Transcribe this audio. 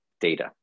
data